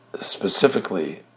specifically